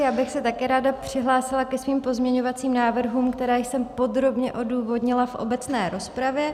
Já bych se také ráda přihlásila ke svým pozměňovacím návrhům, které jsem podrobně odůvodnila v obecné rozpravě.